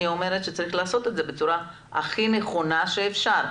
אני אומרת שצריך לעשות את זה בצורה הכי נכונה שאפשר.